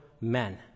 men